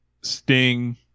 Sting